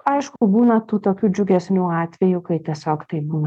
aišku būna tų tokių džiugesnių atvejų kai tiesiog taip būna